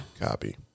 Copy